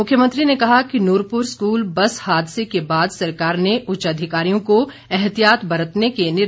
मुख्यमंत्री ने कहा कि नुरपूर स्कूल बस हादसे के बाद सरकार ने उच्चाधिकारियों को ऐहतियात बरतने के निर्देश दिए हैं